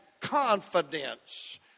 confidence